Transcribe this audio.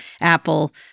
Apple